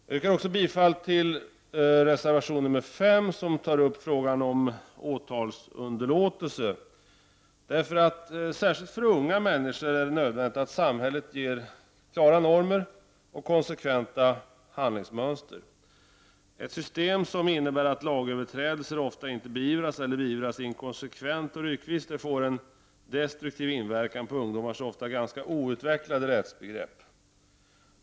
Jag yrkar även bifall till reservation nr 5, som tar upp frågan om åtalsunderlåtelse. Det är särskilt för unga människors vidkommande nödvändigt att samhället ger klara normer och tillämpar konsekventa handlingsmönster. Ett system som innebär att lagöverträdelser ofta inte beivras eller beivras inkonsekvent och ryckvis får en destruktiv inverkan på ungdomars ofta ganska outvecklade rättsbegrepp.